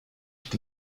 phd